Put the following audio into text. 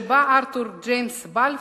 שבה ארתור ג'יימס בלפור,